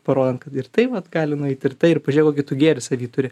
parodant kad ir tai vat gali nueiti ir tai ir pažiūrėk kokį tu gėrį savy turi